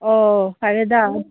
ꯑꯣ ꯐꯔꯦꯗ